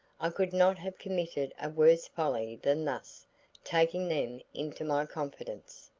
i could not have committed a worse folly than thus taking them into my confidence.